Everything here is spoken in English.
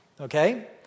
Okay